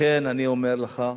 לכן אני אומר לך,